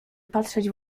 patrzeć